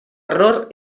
error